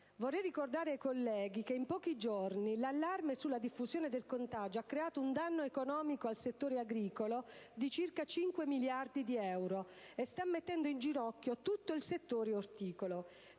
Vorrei ricordare ai colleghi che in pochi giorni l'allarme sulla diffusione del contagio ha creato un danno economico al settore agricolo di circa 5 miliardi di euro, e sta mettendo in ginocchio tutto il settore orticolo.